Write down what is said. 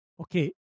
Okay